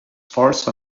force